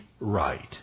right